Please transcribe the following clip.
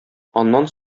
аннан